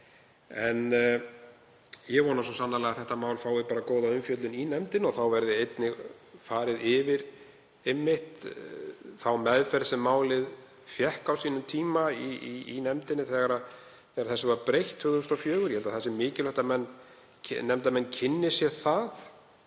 En ég vona svo sannarlega að þetta mál fái góða umfjöllun í nefndinni og þá verði einnig farið yfir þá meðferð sem málið fékk á sínum tíma í nefndinni þegar þessu var breytt árið 2004. Ég held að það sé mikilvægt að nefndarmenn kynni sér það.